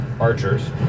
Archers